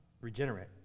regenerate